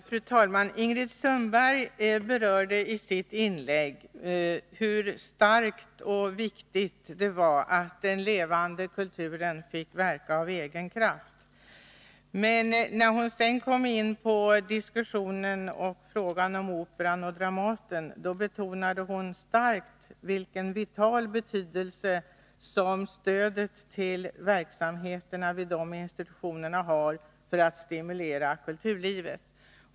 Fru talman! Ingrid Sundberg berörde i sitt inlägg hur viktigt det var att den levande kulturen fick verka av egen kraft. Men när hon sedan kom in på diskussionen om Operan och Dramaten betonade hon starkt vilken vital betydelse som stödet till verksamheterna vid de institutionerna har för att stimulera kulturlivet.